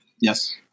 Yes